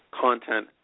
content